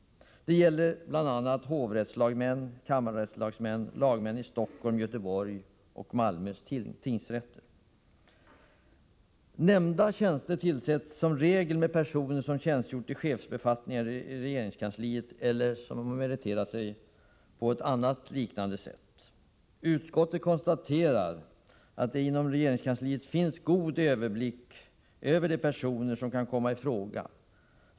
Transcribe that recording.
Det gäller bl.a. hovrättslagmän, kammarrättslagmän och lagmän i Stockholms, Göteborgs och Malmö tingsrätter. Nämnda tjänster tillsätts som regel med personer som tjänstgjort i chefsbefattningar i regeringskansliet eller som har meriterat sig på något liknande sätt. Utskottet konstaterar att det inom regeringskansliet finns god överblick när det gäller de personer som kan komma i fråga.